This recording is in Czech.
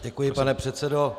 Děkuji, pane předsedo.